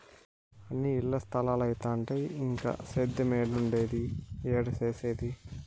అన్నీ ఇల్ల స్తలాలైతంటే ఇంక సేద్యేమేడుండేది, ఏడ సేసేది